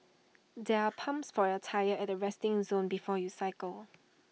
there are pumps for your tyres at the resting zone before you cycle